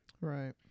Right